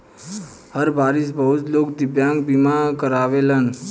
हर बारिस बहुत लोग दिव्यांग बीमा करावेलन